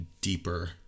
deeper